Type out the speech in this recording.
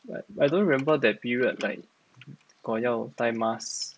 but I don't remember that period like got 要戴 mask